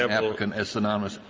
applicant as synonymous,